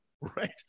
Right